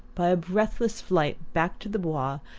by a breathless flight back to the bois,